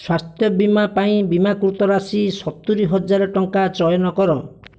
ସ୍ଵାସ୍ଥ୍ୟବୀମା ପାଇଁ ବୀମାକୃତ ରାଶି ସତୁରି ହଜାର ଟଙ୍କା ଚୟନ କର